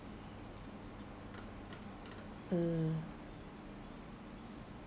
uh